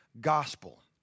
gospel